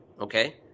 okay